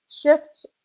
shift